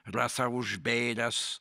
rasa užbėręs